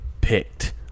Picked